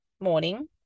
morning